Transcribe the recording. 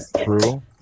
True